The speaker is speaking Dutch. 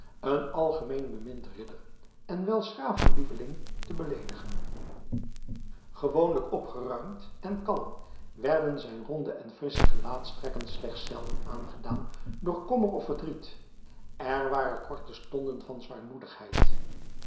een algemeen beminden ridder en wel s graven lieveling te beleedigen gewoonlijk opgeruimd en kalm werden zijn ronde en frissche gelaatstrekken slechts zelden aangedaan door kommer of verdriet er waren korte stonden van zwaarmoedigheid